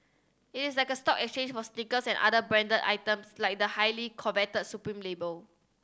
it is like a stock exchange for sneakers and other branded items like the highly coveted Supreme label